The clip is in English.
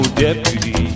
deputy